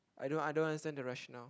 I don't I don't understand the rationale